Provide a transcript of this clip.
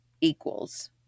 equals